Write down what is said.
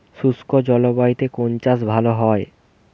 শুষ্ক জলবায়ুতে কোন চাষ ভালো হয়?